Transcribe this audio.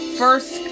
first